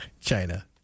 China